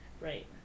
Right